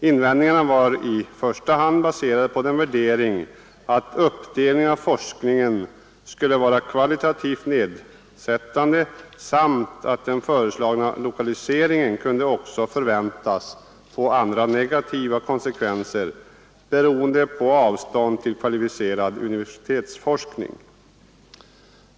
Invändningarna var i första hand baserade på den värderingen att en uppdelning av forskningen skulle vara kvalitativt nedsättande samt att den föreslagna lokaliseringen kunde förväntas få andra negativa konsekvenser beroende på avståndet till kvalificerad universitetsforskning.